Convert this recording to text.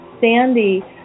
Sandy